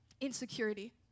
Insecurity